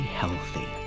healthy